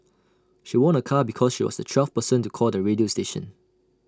she won A car because she was the twelfth person to call the radio station